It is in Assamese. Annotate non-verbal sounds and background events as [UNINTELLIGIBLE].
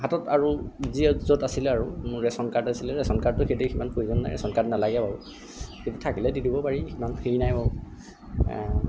হাতত আৰু যিয়ে য'ত আছিলে মোৰ ৰেছন কাৰ্ডটো আছিলে ৰেছন কাৰ্ডটো [UNINTELLIGIBLE] সিমান প্ৰয়োজন নাই ৰেছন কাৰ্ড নেলাগে বাৰু কিন্তু থাকিলে দি দিব পাৰি ইমান হেৰি নাই বাৰু